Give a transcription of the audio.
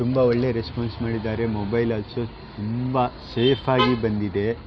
ತುಂಬಾ ಒಳ್ಳೆಯ ರೆಸ್ಪಾನ್ಸ್ ಮಾಡಿದ್ದಾರೆ ಮೊಬೈಲ್ ಆಲ್ಸೊ ತುಂಬಾ ಸೇಫಾಗಿ ಬಂದಿದೆ